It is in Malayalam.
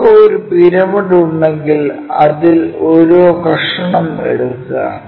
നമുക്ക് ഒരു പിരമിഡ് ഉണ്ടെങ്കിൽ അതിൽ ഒരു കഷണം എടുക്കുക